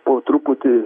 po truputį